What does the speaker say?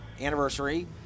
anniversary